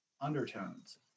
undertones